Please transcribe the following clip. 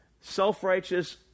self-righteous